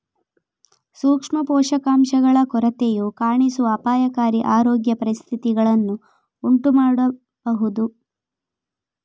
ಸೂಕ್ಷ್ಮ ಪೋಷಕಾಂಶಗಳ ಕೊರತೆಯು ಕಾಣಿಸುವ ಅಪಾಯಕಾರಿ ಆರೋಗ್ಯ ಪರಿಸ್ಥಿತಿಗಳನ್ನು ಉಂಟು ಮಾಡಬಹುದು